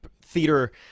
theater